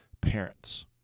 parents